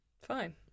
Fine